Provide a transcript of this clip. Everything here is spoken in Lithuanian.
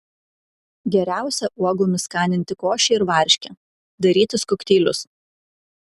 geriausia uogomis skaninti košę ir varškę darytis kokteilius